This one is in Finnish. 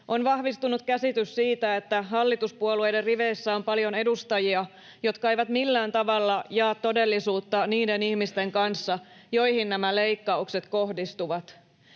on vahvistunut käsitys siitä, että hallituspuolueiden riveissä on paljon edustajia, jotka eivät millään tavalla jaa todellisuutta niiden ihmisten kanssa, joihin nämä leikkaukset kohdistuvat,